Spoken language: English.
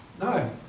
No